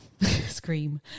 scream